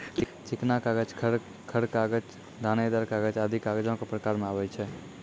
चिकना कागज, खर खर कागज, दानेदार कागज आदि कागजो क प्रकार म आवै छै